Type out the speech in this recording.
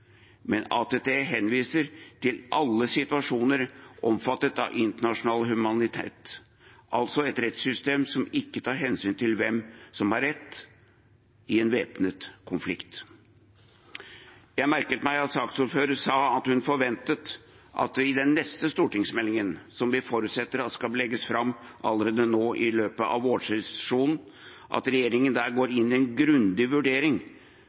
men ATT henviser til alle situasjoner omfattet av internasjonal humanitærrett, altså et rettssystem som ikke tar hensyn til hvem som har «rett» i en væpnet konflikt. Jeg merket meg at saksordføreren sa hun forventet at regjeringen i den neste stortingsmeldingen, som vi forutsetter skal legges fram allerede i løpet i vårsesjonen, går inn i en grundig vurdering